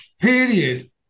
period